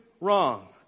wrong